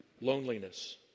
loneliness